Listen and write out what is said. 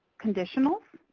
conditionals.